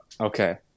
okay